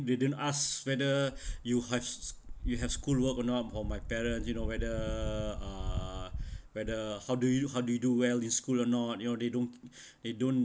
they didn't ask whether you have you have schoolwork or not for my parents you know whether uh whether how do you how do you do well in school or not you know they don't they don't